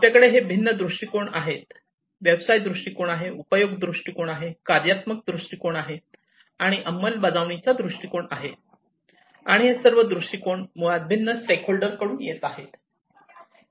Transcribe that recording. तर आपल्याकडे हे भिन्न दृष्टिकोन आहेत व्यवसाय दृष्टिकोन आहे उपयोग दृष्टिकोन आहे कार्यात्मक दृष्टिकोन आहे आणि अंमलबजावणीचा दृष्टिकोन आहे आणि हे सर्व दृष्टिकोन मुळात या भिन्न स्टेकहोल्डर कडून येत आहेत